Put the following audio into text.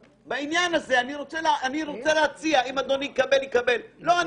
בעניין הזה אני רוצה להציע --- אם הוא